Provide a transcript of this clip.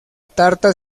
tarta